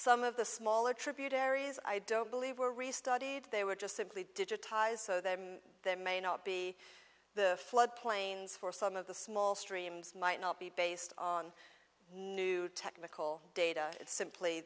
some of the smaller tributaries i don't believe were restudied they were just simply digitized so that there may not be the floodplains for some of the small streams might not be based on new technical data it's